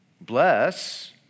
Bless